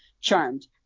Charmed